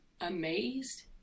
amazed